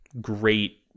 great